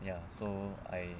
ya so I